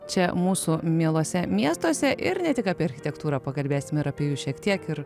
čia mūsų mielose miestuose ir ne tik apie architektūrą pakalbėsim ir apie jus šiek tiek ir